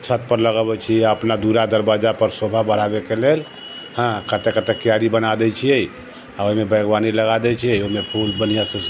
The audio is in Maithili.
छत पर लगऽबै छियै अपना दूरा दरवज्जा पर सोभा बढ़ाबे के लेल हँ काते काते क्यारी बना दै छियै आओर ओहिमे बागवानी लगा दै छियै ओहिमे फूल बढ़िऑं से